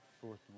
fourth